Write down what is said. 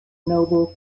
noble